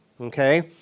Okay